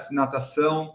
natação